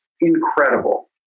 incredible